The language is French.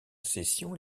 session